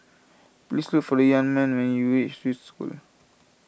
please look for the young man when you reach Swiss School